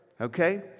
Okay